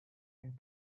and